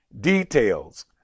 details